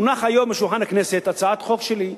הונחה היום על שולחן הכנסת הצעת חוק שלי,